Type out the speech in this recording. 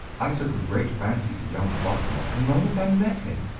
i took a great fancy to young arbuthnot the moment i met him,